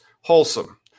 wholesome